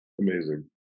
Amazing